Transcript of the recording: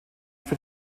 für